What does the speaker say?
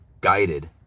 guided